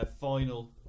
final